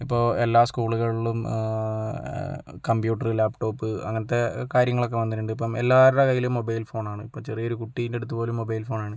ഇപ്പോൾ എല്ലാ സ്കൂളുകളിലും കമ്പ്യൂട്ടർ ലാപ്ടോപ്പ് അങ്ങനത്തെ കാര്യങ്ങളൊക്കെ വന്നിട്ടുണ്ട് ഇപ്പം എല്ലാവരുടെ കൈയിലും മൊബൈൽ ഫോണാണ് ഇപ്പം ചെറിയ ഒരു കുട്ടിയുടെ അടുത്ത് പോലും മൊബൈൽ ഫോണാണ്